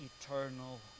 eternal